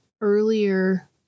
earlier